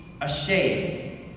ashamed